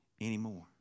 anymore